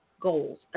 goals